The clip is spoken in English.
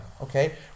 okay